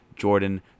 Jordan